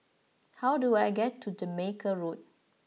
how do I get to Jamaica Road